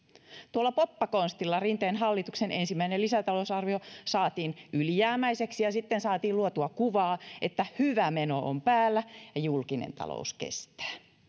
tuolla poppakonstilla rinteen hallituksen ensimmäinen lisätalousarvio saatiin ylijäämäiseksi ja sitten saatiin luotua kuvaa että hyvä meno on päällä ja julkinen talous kestää